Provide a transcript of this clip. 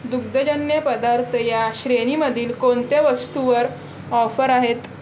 दुग्धजन्य पदार्थ या श्रेणीमधील कोणत्या वस्तूवर ऑफर आहेत